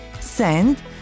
send